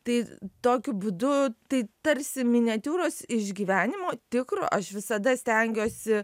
tai tokiu būdu tai tarsi miniatiūros išgyvenimo tikro aš visada stengiuosi